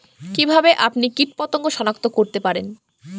কিভাবে আপনি কীটপতঙ্গ সনাক্ত করতে পারেন?